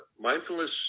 mindfulness